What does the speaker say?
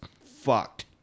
fucked